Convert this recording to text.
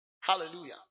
hallelujah